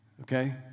okay